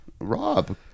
Rob